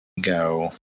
go